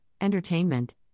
entertainment